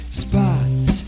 spots